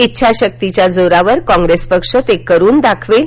इच्छाशक्तीच्या जोरावर काँग्रेस पक्ष ते करून दाखवेल